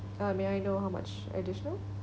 uh may I know how much additional